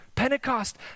Pentecost